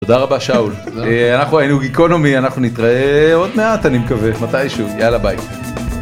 תודה רבה שאול אנחנו היינו איקונומי אנחנו נתראה עוד מעט אני מקווה מתישהו יאללה ביי.